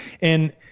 And-